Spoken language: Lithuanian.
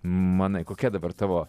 manai kokia dabar tavo